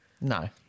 No